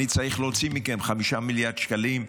אני צריך להוציא מכם 5 מיליארד שקלים,